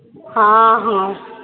ହଁ ହଁ